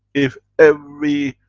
if every.